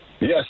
Yes